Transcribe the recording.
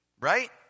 right